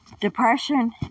Depression